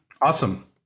Awesome